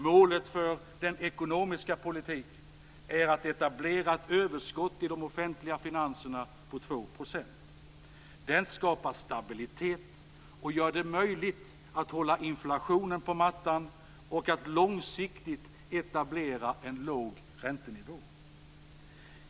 Målet för den ekonomiska politiken är att etablera ett överskott i de offentliga finanserna på 2 %. Det skapar stabilitet och gör det möjligt att hålla inflationen på mattan och att långsiktigt etablera en låg räntenivå.